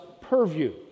purview